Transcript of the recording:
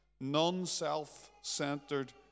non-self-centered